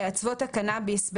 שאצוות הקנאביס,